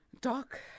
Doc